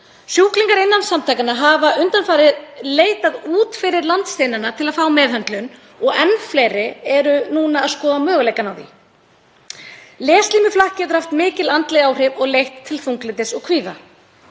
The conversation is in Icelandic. Sjúklingar innan samtakanna hafa undanfarið leitað út fyrir landsteinana til að fá meðhöndlun og enn fleiri eru núna að skoða möguleikann á því. Legslímuflakk getur haft mikil andleg áhrif og leitt til þunglyndis og kvíða.